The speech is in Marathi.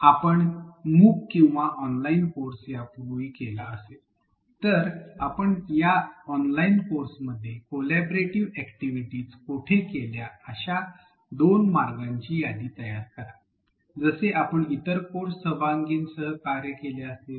आपण मूक किंवा ऑनलाइन कोर्स यापूर्वी केला असेल तर आपण त्या ऑनलाइन कोर्समध्ये कोल्याब्रेटीव्ह अॅक्टिव्हिटीस कोठे केल्या अश्या दोन मार्गांची यादी करा जसे आपण इतर कोर्स सहभागींसह कार्य केले असेल